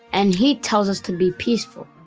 and he tells us to be peaceful.